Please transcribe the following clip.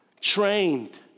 trained